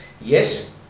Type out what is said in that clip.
Yes